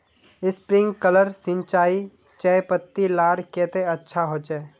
Sprinkler सिंचाई चयपत्ति लार केते अच्छा होचए?